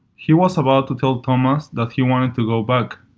he was about to tell thomas that he wanted to go back,